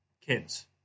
kids